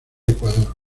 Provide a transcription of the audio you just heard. ecuador